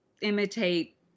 imitate